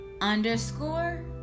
underscore